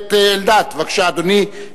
הכנסת אלדד, בבקשה, אדוני.